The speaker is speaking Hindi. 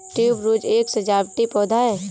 ट्यूबरोज एक सजावटी पौधा है